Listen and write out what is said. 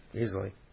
Easily